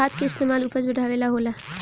खाद के इस्तमाल उपज बढ़ावे ला होला